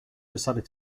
decided